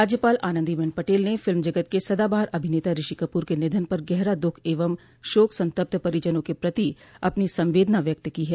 राज्यपाल आनंदीबेन पटेल ने फिल्म जगत के सदाबहार अभिनेता ऋषि कपूर के निधन पर गहरा दुःख एवं शोक संतप्त परिजनों के प्रति अपनी संवेदना व्यक्त की है